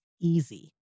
easy